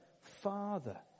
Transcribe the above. Father